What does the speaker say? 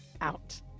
out